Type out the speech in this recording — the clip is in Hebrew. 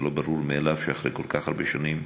זה לא ברור מאליו שאחרי כל כך הרבה שנים